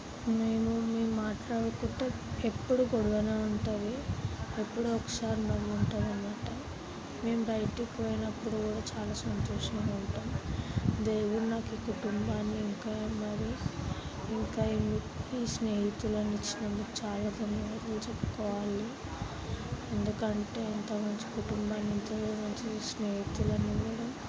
నేను మేము మాట్లాడుకుంటే ఎప్పుడు గొడవనే ఉంటుంది ఎప్పుడో ఒకసారి బాగుంటాం అన్నమాట మేము బయటికి పోయినప్పుడు చాలా సంతోషంగా ఉంటాం దేవుడు నాకు కుటుంబాన్ని ఒక మరి ఇంకా ఈ ఈ స్నేహితులను ఇచ్చినందుకు చాలా ధన్యవాదాలు చెప్పుకోవాలి ఎందుకంటే ఎంత మంచి కుటుంబాన్ని స్నేహితులని